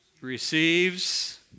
receives